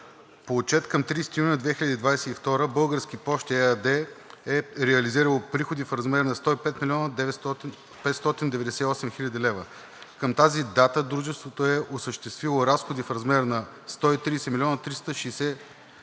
по отчет към 30 юни 2022 г. „Български пощи“ ЕАД е реализирало приходи в размер на 105 млн. 598 хил. лв. Към тази дата дружеството е осъществило разходи в размер на 130 млн. 361 хил.